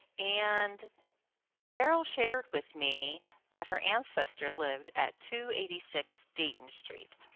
and cheryl shared with me that her ancestor lived at two eighty six dayton street.